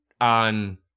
on